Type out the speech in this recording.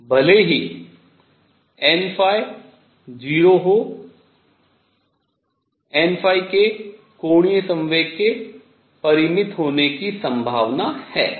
इसलिए भले ही n 0 हो n के कोणीय संवेग के परिमित होने की संभावना है